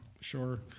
Sure